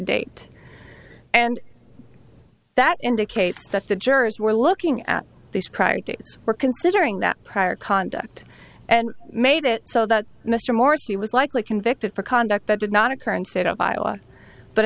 date and that indicates that the jurors were looking at these prior dates were considering that prior conduct and made it so that mr morsy was likely convicted for conduct that did not occur in state of iowa but